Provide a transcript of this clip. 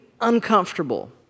uncomfortable